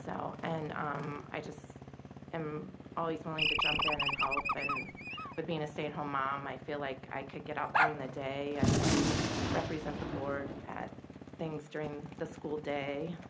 so and um i just am always willing to jump in and help. and with being a stay at home mom, i feel like i could get out during the day and represent the board at things during the school day,